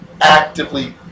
actively